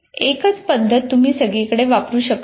एकच पद्धत तुम्ही सगळीकडे वापरू शकत नाही